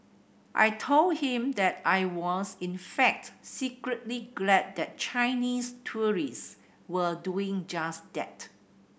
I told him that I was in fact secretly glad that Chinese tourists were doing just that